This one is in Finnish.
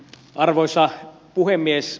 arvoisa puhemies